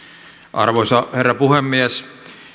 arvoisa herra puhemies